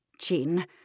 Jean